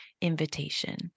invitation